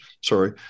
sorry